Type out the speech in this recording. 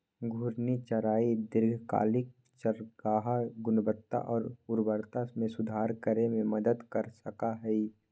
घूर्णी चराई दीर्घकालिक चारागाह गुणवत्ता और उर्वरता में सुधार करे में मदद कर सका हई